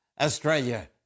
Australia